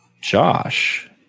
Josh